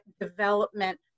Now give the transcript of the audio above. development